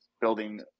building